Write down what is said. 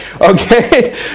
Okay